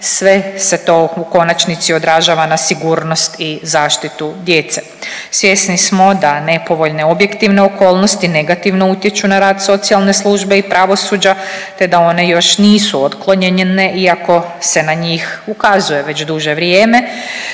sve se to u konačnici odražava na sigurnost i zaštitu djece. Svjesni smo da nepovoljne objektivne okolnosti negativno utječu na rad socijalne službe i pravosuđa, te da one još nisu otklonjene iako se na njih ukazuje već duže vrijeme,